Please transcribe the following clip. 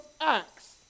Acts